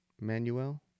manuel